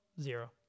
Zero